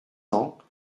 ans